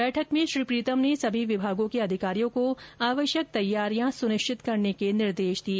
बैठक में श्री प्रीतम ने सभी विभागों के अधिकारियों को आवश्यक तैयारियां सुनिश्चित करने के निर्देश दिए